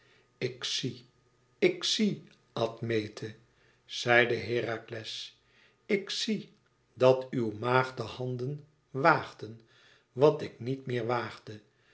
ik zie ik zie admete zeide herakles ik zie dat uw maagdehanden waagden wat ik niet meer